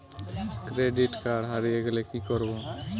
Credit card হারিয়ে গেলে কি করব?